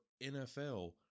NFL